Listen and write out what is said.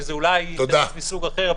שזה אולי --- מסוג אחר,